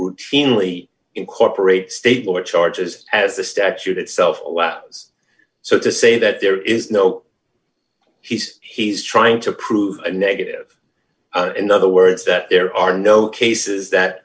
routinely incorporate stabler charges as the statute itself so to say that there is no he's he's trying to prove a negative in other words that there are no cases that